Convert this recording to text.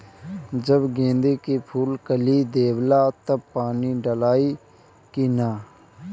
जब गेंदे के फुल कली देवेला तब पानी डालाई कि न?